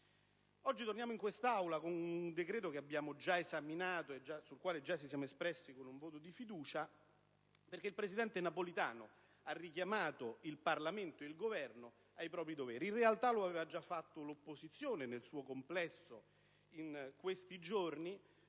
Oggi torna in quest'Aula un decreto che abbiamo già esaminato, e sul quale già ci siamo espressi con un voto di fiducia, perché il presidente Napolitano ha richiamato il Parlamento e il Governo ai propri doveri. In realtà, in questi giorni l'aveva già fatto l'opposizione nel suo complesso, dicendo